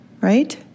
right